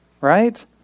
right